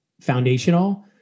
foundational